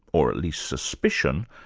or at least suspicion,